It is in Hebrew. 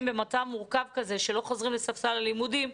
במצב מורכב כזה שלא חוזרים לספסל הלימודים,